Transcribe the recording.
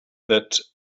that